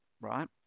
right